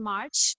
March